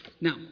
Now